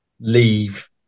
leave